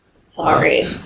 sorry